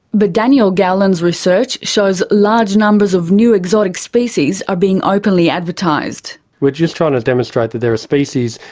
but daniel gowland's research shows large numbers of new exotic species are being openly advertised. we're just trying to demonstrate that there are species,